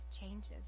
changes